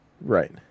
Right